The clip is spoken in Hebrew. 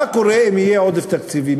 מה קורה אם יהיה עודף תקציבי?